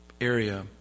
area